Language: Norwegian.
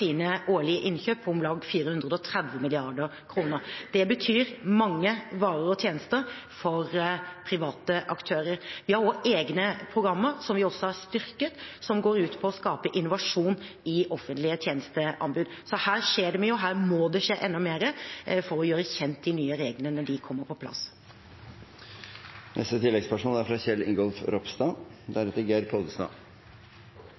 årlige innkjøp for om lag 430 mrd. kr. Det betyr mange varer og tjenester for private aktører. Vi har også egne programmer, som vi også har styrket, og som går ut på å skape innovasjon i offentlige tjenesteanbud. Så her skjer det mye, og her må det skje enda mer for å gjøre kjent de nye reglene når de kommer på plass. Kjell Ingolf Ropstad – til oppfølgingsspørsmål. Det er